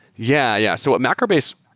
yeah yeah. so what macrobase,